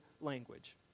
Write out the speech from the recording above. language